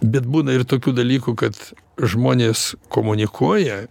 bet būna ir tokių dalykų kad žmonės komunikuoja